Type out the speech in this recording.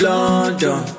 London